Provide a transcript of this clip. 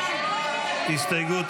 הסתייגות